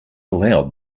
aloud